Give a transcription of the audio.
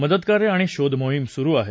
मदतकार्य आणि शोधमोहिम सुरु आहे